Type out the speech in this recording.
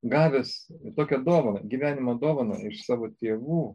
gavęs tokią dovaną gyvenimo dovaną išvsavo tėvų